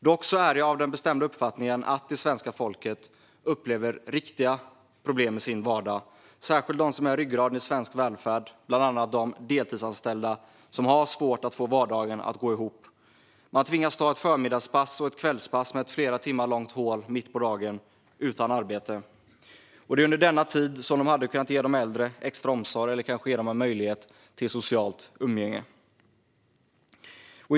Dock är jag av den bestämda uppfattningen att det svenska folket upplever riktiga problem i sin vardag. Det handlar särskilt om dem som är ryggraden i svensk välfärd, bland annat deltidsanställda som har svårt att få vardagen att gå ihop. De kan tvingas ta ett förmiddagspass och ett kvällspass med ett flera timmar långt hål mitt på dagen utan arbete. Under denna tid hade de kunnat ge de äldre extra omsorg eller kanske en möjlighet till socialt umgänge.